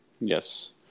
Yes